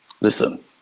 listen